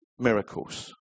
Miracles